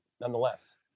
nonetheless